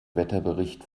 wetterbericht